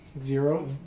Zero